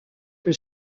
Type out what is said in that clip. que